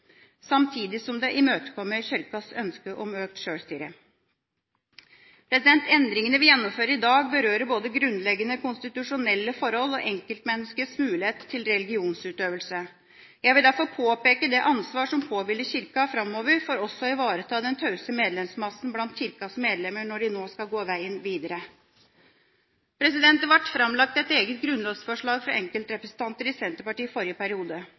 Kirkas ønske om økt sjølstyre. Endringene vi gjennomfører i dag, berører både grunnleggende konstitusjonelle forhold og enkeltmenneskets mulighet til religionsutøvelse. Jeg vil derfor påpeke det ansvaret som påhviler Kirka framover for også å ivareta den tause medlemsmassen blant Kirkas medlemmer når de nå skal gå veien videre. Det ble framlagt et eget grunnlovsforslag fra enkeltrepresentanter i Senterpartiet i forrige periode.